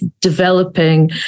developing